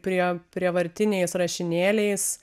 prie prievartiniais rašinėliais